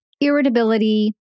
irritability